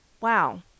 wow